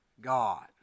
God